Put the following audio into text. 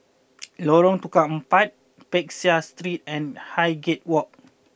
Lorong Tukang Empat Peck Seah Street and Highgate Walk